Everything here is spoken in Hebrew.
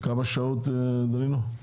כמה שעות, דנינו?